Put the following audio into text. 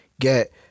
get